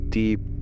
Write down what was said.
deep